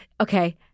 Okay